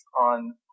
on